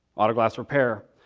auto-glass repair.